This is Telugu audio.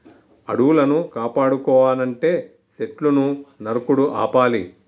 అడవులను కాపాడుకోవనంటే సెట్లును నరుకుడు ఆపాలి